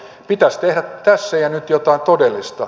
pitäisi tehdä tässä ja nyt jotain todellista